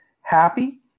happy